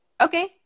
okay